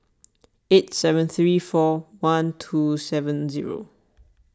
eight seven three four one two seven zero